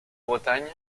bretagne